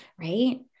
right